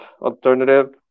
alternative